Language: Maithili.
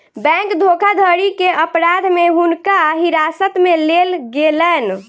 बैंक धोखाधड़ी के अपराध में हुनका हिरासत में लेल गेलैन